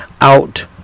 out